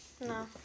No